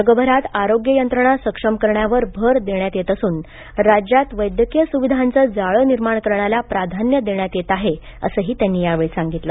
जगभरात आरोग्य यंत्रणा सक्षम करण्यावर भर देण्यात येत असून राज्यात वैद्यकीय सुविधांचे जाळे निर्माण करण्याला प्राधान्य देण्यात येत आहे असेही त्यांनी सांगितले